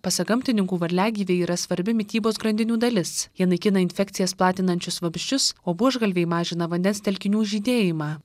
pasak gamtininkų varliagyviai yra svarbi mitybos grandinių dalis jie naikina infekcijas platinančius vabzdžius o buožgalviai mažina vandens telkinių žydėjimą